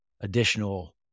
Additional